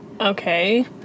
Okay